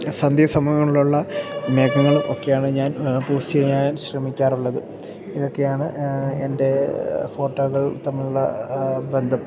സന്ധ്യസമയങ്ങളിലുള്ള മേഘങ്ങളും ഒക്കെയാണ് ഞാൻ പോസ്റ്റ് ചെയ്യാൻ ശ്രമിക്കാറുള്ളത് ഇതൊക്കെയാണ് എൻ്റെ ഫോട്ടോകൾ തമ്മിലുള്ള ബന്ധം